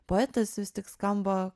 poetas vis tik skamba